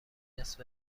نصف